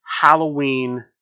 Halloween